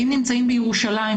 אם נמצא בירושלים,